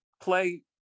play